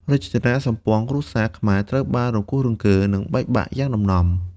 រចនាសម្ព័ន្ធគ្រួសារខ្មែរត្រូវបានរង្គោះរង្គើ និងបែកបាក់យ៉ាងដំណំ។